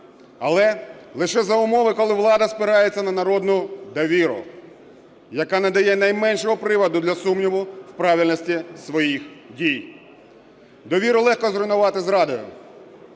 Але лише за умови, коли влада спирається на народну довіру, яка не дає найменшого приводу для сумніву в правильності своїх дій. Довіру легко зруйнувати зрадою.